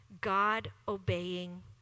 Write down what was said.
God-obeying